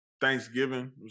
Thanksgiving